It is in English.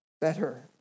better